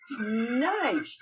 nice